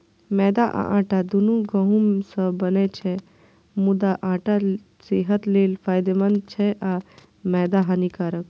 मैदा आ आटा, दुनू गहूम सं बनै छै, मुदा आटा सेहत लेल फायदेमंद छै आ मैदा हानिकारक